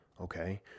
okay